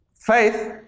Faith